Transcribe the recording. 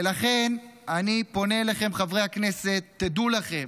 ולכן אני פונה אליכם חברי הכנסת: תדעו לכם,